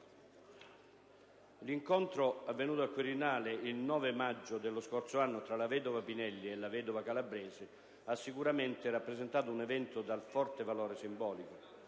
L'incontro avvenuto al Quirinale il 9 maggio dello scorso anno tra la vedova Pinelli e la vedova Calabresi ha sicuramente rappresentato un evento dal forte valore simbolico.